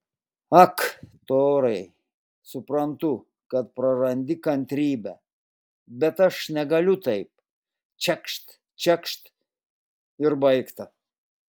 ak torai suprantu kad prarandi kantrybę bet aš negaliu taip čekšt čekšt ir baigta